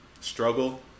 struggle